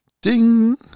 Ding